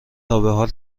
تابحال